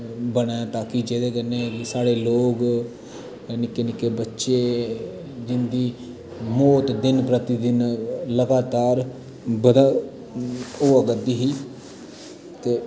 बनै ताकि जेह्दे कन्नै साढ़ै लोग निक्के निक्के बच्चे जिंदी मौत दिन प्रतिदिन लगातार बद्ध होआ करदी ही ते